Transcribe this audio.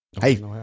Hey